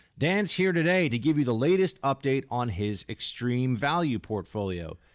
dan is here today to give you the latest update on his extreme value portfolio.